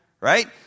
right